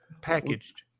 packaged